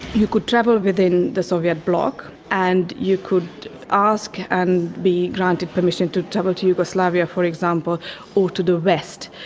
you could travel within the soviet bloc, and you could ask and be granted permission to travel to yugoslavia, for example, or to the west.